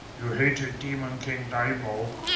you hated demon king daimao,